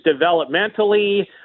developmentally